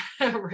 right